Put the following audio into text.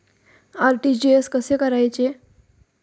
RTGS कसे करायचे?